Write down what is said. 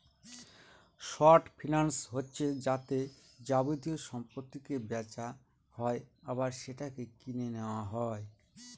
short finance হচ্ছে যাতে যাবতীয় সম্পত্তিকে বেচা হয় আবার সেটাকে কিনে নেওয়া হয়